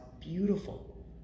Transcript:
Beautiful